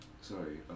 sorry